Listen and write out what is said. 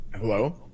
Hello